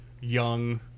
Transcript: young